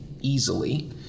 easily